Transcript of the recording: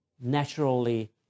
naturally